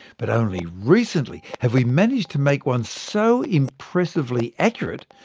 but only recently have we managed to make one so impressively accurate,